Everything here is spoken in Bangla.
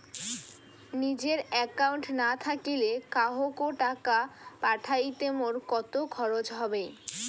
নিজের একাউন্ট না থাকিলে কাহকো টাকা পাঠাইতে মোর কতো খরচা হবে?